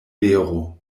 vero